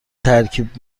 ترکیب